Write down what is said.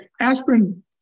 aspirin